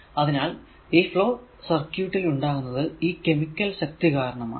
അതിനാൽ ഈ flow circuit ൽ ഉണ്ടാകുന്നത് ഈ കെമിക്കൽ ശക്തി കാരണമാണ്